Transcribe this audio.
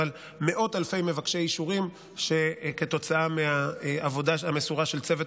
יש מאות אלפי מבקשי אישורים שכתוצאה מהעבודה המסורה של צוות